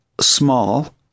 small